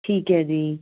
ਠੀਕ ਹੈ ਜੀ